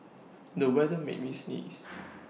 the weather made me sneeze